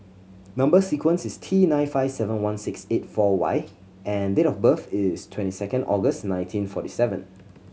number sequence is T nine five seven one six eight four Y and date of birth is twenty second August nineteen forty seven